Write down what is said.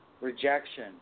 rejection